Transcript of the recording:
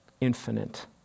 infinite